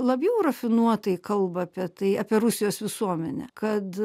labiau rafinuotai kalba apie tai apie rusijos visuomenę kad